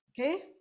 okay